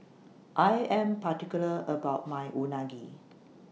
I Am particular about My Unagi